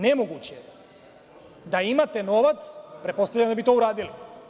Nemoguće je, jer da imate novac, pretpostavljam da bi to uradili.